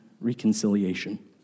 reconciliation